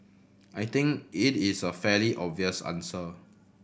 I think it is a fairly obvious answer